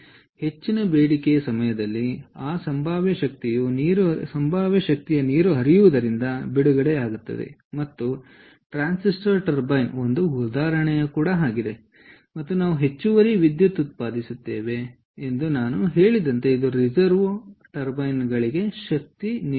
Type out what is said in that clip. ಆದ್ದರಿಂದ ಹೆಚ್ಚಿನ ಬೇಡಿಕೆಯ ಸಮಯದಲ್ಲಿ ಆ ಸಂಭಾವ್ಯ ಶಕ್ತಿಯು ನೀರು ಹರಿಯುವುದರಿಂದ ಬಿಡುಗಡೆಯಾಗುತ್ತದೆ ಮತ್ತು ಟ್ರಾನ್ಸಿಸ್ಟರ್ ಟರ್ಬೈನ್ ಒಂದು ಉದಾಹರಣೆಯಾಗಿದೆ ಮತ್ತು ನಾವು ಹೆಚ್ಚುವರಿ ವಿದ್ಯುತ್ ಉತ್ಪಾದಿಸುತ್ತೇವೆ ಎಂದು ನಾನು ಹೇಳಿದಂತೆ ಇದು ರಿವರ್ಸ್ ಟರ್ಬೈನ್ಗಳಿಗೆ ಶಕ್ತಿಯನ್ನು ನೀಡುತ್ತದೆ